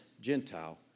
Gentile